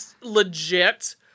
legit